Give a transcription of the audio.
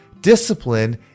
Discipline